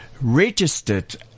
registered